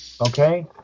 Okay